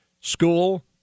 School